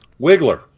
Wiggler